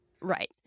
Right